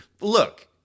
look